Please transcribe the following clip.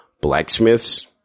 blacksmiths